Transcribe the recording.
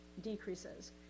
decreases